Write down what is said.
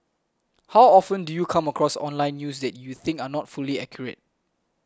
how often do you come across online news you think are not fully accurate